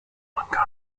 montgomery